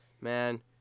Man